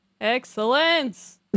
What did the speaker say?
Excellence